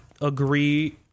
agree